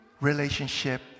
relationship